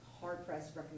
hard-pressed